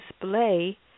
display